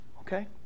Okay